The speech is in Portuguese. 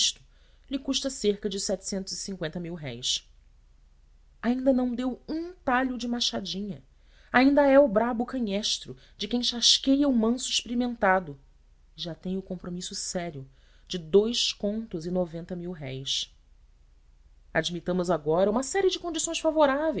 isto lhe custa cerca de inda não deu um talho de machadinha ainda é o brabo canhestro de quem chasqueia o manso experimentado e já tem o compromisso sério de dous contos e noventa dmira os agora uma série de condições favoráveis